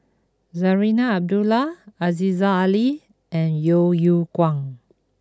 Zarinah Abdullah Aziza Ali and Yeo Yeow Kwang